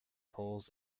poles